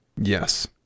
Yes